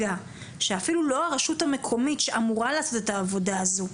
שאפילו לא הרשות המקומית שאמורה לעשות את העבודה הזו,